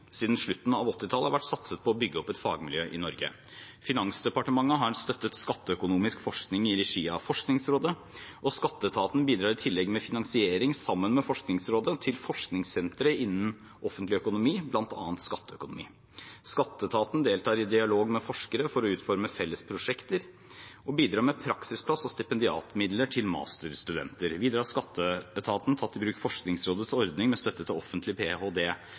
siden slutten av 1980-tallet har vært satset på å bygge opp et fagmiljø i Norge. Finansdepartementet har støttet skatteøkonomisk forskning i regi av Forskningsrådet, og skatteetaten bidrar i tillegg, sammen med Forskningsrådet, med finansiering av forskningssentre innen offentlig økonomi, bl.a. skatteøkonomi. Skatteetaten deltar i dialog med forskere for å utforme felles prosjekter og bidra med praksisplass og stipendiatmidler til masterstudenter. Videre har skatteetaten tatt i bruk Forskningsrådets ordning med støtte til Offentlig